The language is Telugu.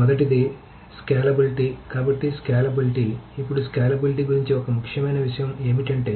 మొదటిది స్కేలబిలిటీ కాబట్టి స్కేలబిలిటీ ఇప్పుడు స్కేలబిలిటీ గురించి ఒక ముఖ్యమైన విషయం ఏమిటంటే